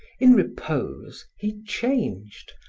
in repose, he changed,